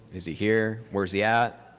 is he here, where is yeah